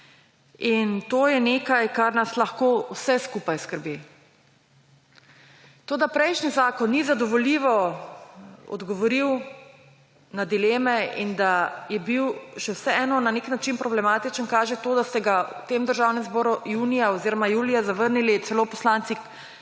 In to je nekaj, kar nas lahko vse skupaj skrbi. To, da prejšnji zakon ni zadovoljivo odgovoril na dileme in da je bil še vseeno na nek način problematičen. kaže to, da ste ga v Državnem zboru julija zavrnili celo poslanci